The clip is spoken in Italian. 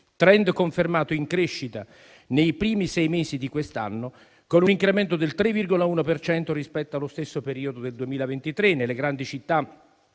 *trend* è confermato in crescita nei primi sei mesi di quest'anno, con un incremento del 3,1 per cento rispetto allo stesso periodo del 2023. Nelle grandi città